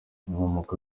inkomoko